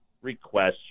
requests